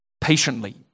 patiently